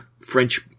French